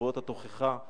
נבואות התוכחה,